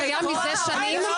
שקיים לפני שנים.